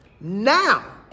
now